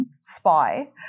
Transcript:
spy